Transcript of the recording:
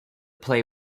play